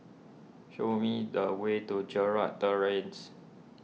show me the way to Gerald Terrace